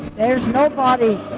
there's nobody.